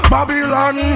Babylon